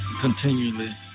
continually